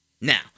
Now